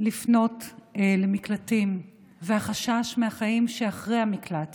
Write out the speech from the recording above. לפנות למקלטים והחשש מהחיים שאחרי המקלט